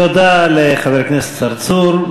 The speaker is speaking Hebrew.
תודה לחבר הכנסת צרצור.